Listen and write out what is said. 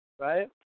right